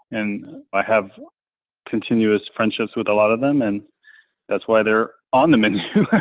and i have continuous friendships with a lot of them, and that's why they're on the menu